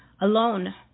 alone